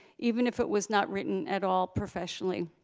even if it was not written at all professionally.